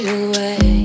away